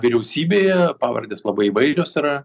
vyriausybėje pavardės labai įvairios yra